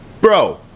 Bro